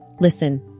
Listen